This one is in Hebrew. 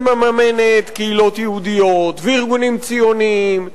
שמממנת קהילות יהודיות וארגונים ציוניים,